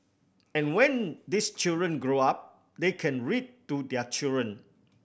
and when these children grow up they can read to their children